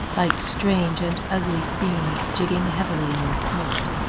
like strange and ugly fiends jigging heavily in the smoke.